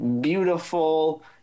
beautiful